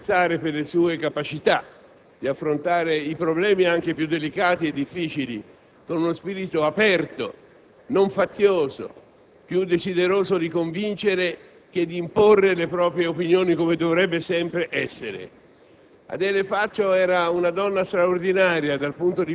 che ho avuto l'onore di conoscere in Parlamento e di apprezzare per le sue capacità di affrontare i problemi, anche più delicati e difficili, con uno spirito aperto, non fazioso, più desideroso di convincere che di imporre le proprie opinioni, come dovrebbe sempre essere.